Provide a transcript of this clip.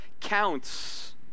counts